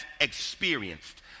experienced